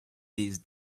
these